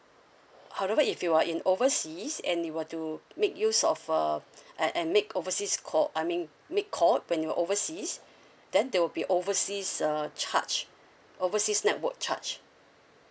however if you are in overseas and you were to make use of uh and and make overseas call I mean make call when you are overseas then there will be overseas uh charge overseas network charge